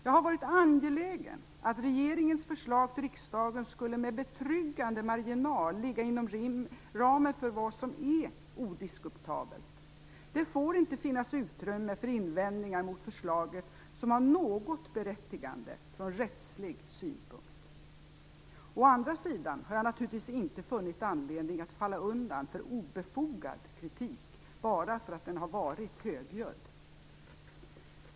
Jag har varit angelägen om att regeringens förslag till riksdagen med betryggande marginal skulle ligga inom ramen för vad som är odiskutabelt. Det får inte finnas utrymme för invändningar mot förslaget som har något berättigande från rättslig synpunkt. Å andra sidan har jag naturligtvis inte funnit anledning att falla undan för obefogad kritik, bara för att den har varit högljudd.